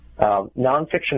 Nonfiction